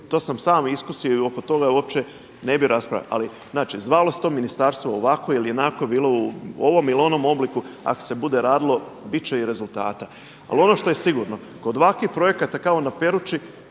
to sam sam iskusio i oko toga uopće ne bih raspravljao. Ali, znači zvalo se to ministarstvo ovako ili onako, bilo u ovom ili onom obliku, ako se bude radilo, biti će i rezultata. Ali ono što je sigurno kod ovakvih projekata kao na Perući,